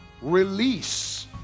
release